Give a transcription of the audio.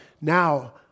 now